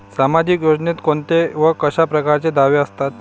सामाजिक योजनेचे कोंते व कशा परकारचे दावे असतात?